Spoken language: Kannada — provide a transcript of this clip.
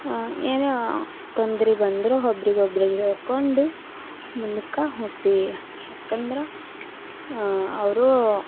ಏನೋ ತೊಂದ್ರೆ ಬಂದ್ರೂ ಒಬ್ರಿಗ್ ಒಬ್ರಿಗೆ ಹೇಳಿಕೊಂಡು ಮುಂದಕ್ಕ ಹೋಗ್ತೀವಿ ಯಾಕಂದ್ರೆ ಅವರು